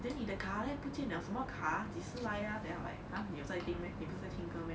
then 你的卡 leh 不见了什么卡 leh 几时来啊 then I am like !huh! 你有在听 meh 你不是在听歌 meh